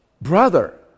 brother